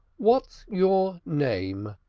what's your name?